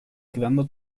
quedando